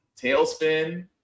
Tailspin